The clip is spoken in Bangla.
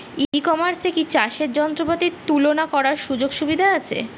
ই কমার্সে কি চাষের যন্ত্রপাতি তুলনা করার সুযোগ সুবিধা আছে?